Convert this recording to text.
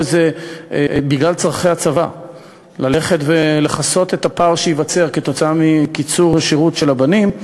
בגלל צורכי הצבא ללכת ולכסות את הפער שייווצר מקיצור השירות של הבנים,